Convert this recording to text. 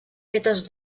fetes